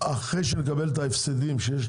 אחרי שנקבל את ההפסדים שיש